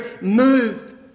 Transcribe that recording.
moved